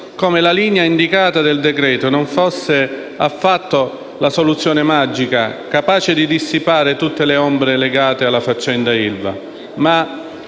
come la linea indicata dal decreto-legge non fosse affatto la soluzione magica, capace di dissipare tutte le ombre legate alla faccenda